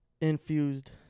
Infused